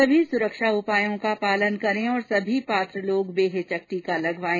सभी सुरक्षा उपायों का पालन करें और सभी पात्र लोग बेहिचक टीका लगवाएं